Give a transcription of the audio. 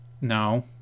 No